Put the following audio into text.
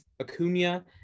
Acuna